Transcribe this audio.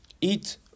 eat